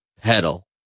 pedal